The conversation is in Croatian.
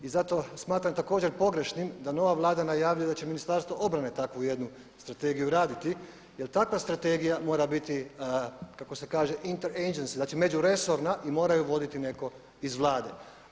I zato smatram također pogrešnim da nova Vlada najavljuje da će Ministarstvo obrane takvu jednu strategiju raditi jer takva strategija mora biti kako se kaže inter agencije znači međuresorna i mora je voditi netko iz Vlade.